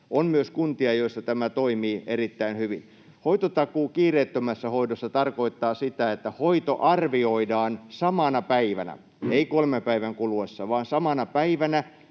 On myös kuntia, joissa tämä toimii erittäin hyvin. Hoitotakuu kiireettömässä hoidossa tarkoittaa sitä, että hoito arvioidaan samana päivänä, ei kolmen päivän kuluessa vaan samana päivänä,